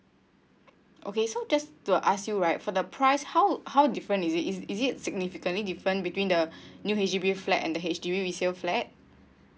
okay so just to ask you right for the price how how different is it is it is it significantly different between the new H_D_B flat and the H_D_B resale flat